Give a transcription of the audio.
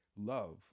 love